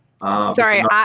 Sorry